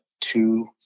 two